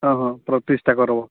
ଓଃ ପ୍ରତିଷ୍ଠା କର୍ବୋ